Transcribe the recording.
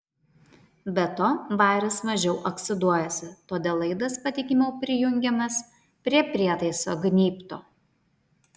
be to varis mažiau oksiduojasi todėl laidas patikimiau prijungiamas prie prietaiso gnybto